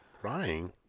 Crying